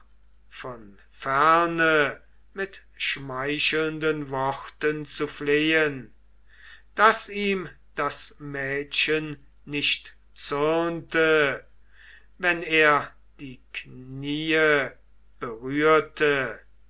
von ferne mit schmeichelnden worten zu flehen daß ihm das mädchen nicht zürnte wenn er die kniee berührte